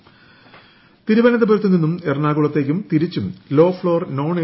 low floor തിരുവനന്തപുരത്തു നിന്നും എറണാകുളത്തേക്കും തിരിച്ചും ലോഫ്ളോർ നോൺ എ